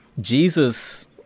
jesus